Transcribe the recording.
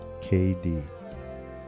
KD